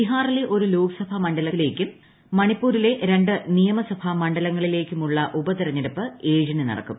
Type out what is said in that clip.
ബിഹാറിലെ ഒരു ലോക്സഭാ മണ്ഡലത്തിലേക്കും മണിപ്പൂരിലെ രണ്ട് നിയമസഭാ മണ്ഡലങ്ങളിലേക്കുമുള്ള ഉപതെരഞ്ഞെടുപ്പ് ഏഴിന് നടക്കും